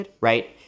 Right